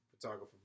photographer